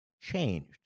changed